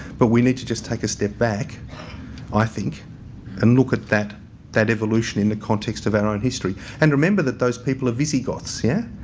but we need to just take a step back i think and look at that that evolution in the context of our own history. and remember that those people are visigoths, yeah.